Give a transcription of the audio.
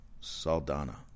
Saldana